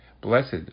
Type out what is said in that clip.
Blessed